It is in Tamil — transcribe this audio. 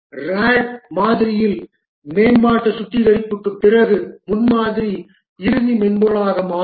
RAD மாதிரியில் மேம்பாட்டு சுத்திகரிப்புக்குப் பிறகு முன்மாதிரி இறுதி மென்பொருளாக மாறும்